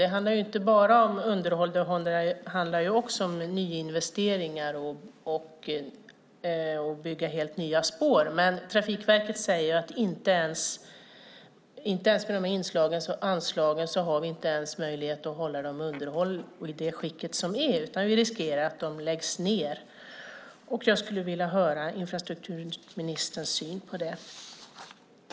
Det handlar inte bara om underhåll utan också om nyinvesteringar och att bygga helt nya spår. Men Trafikverket säger att vi inte ens med dessa anslag har möjlighet att hålla dem i det skick som de befinner sig i utan riskerar att de läggs ned. Jag skulle vilja höra infrastrukturministerns syn på det.